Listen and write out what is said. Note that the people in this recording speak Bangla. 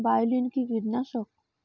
বায়োলিন কি কীটনাশক?